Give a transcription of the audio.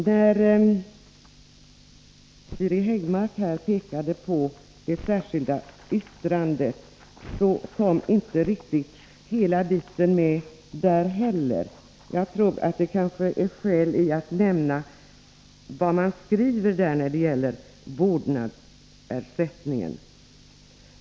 När Siri Häggmark redogjorde för det särskilda yttrandet tog inte heller hon med allt. Det kan därför finnas skäl att nämna vad man där skriver om vårdnadsersättningen.